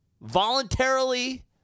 voluntarily